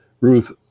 Ruth